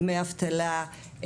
דמי אבטלה,